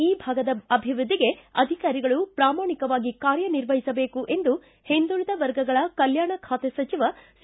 ಈ ಭಾಗದ ಅಭಿವೃದ್ದಿಗೆ ಅಧಿಕಾರಿಗಳು ಪುಮಾಣಿಕವಾಗಿ ಕಾರ್ಯ ನಿರ್ವಹಿಸಬೇಕು ಎಂದು ಹಿಂದುಳಿದ ವರ್ಗಗಳ ಕಲ್ಲಾಣ ಖಾತೆ ಸಚಿವ ಸಿ